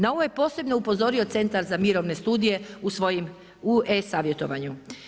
Na ovu je posebno upozorio Centar za mirovne studije u svojem e-savjetovanju.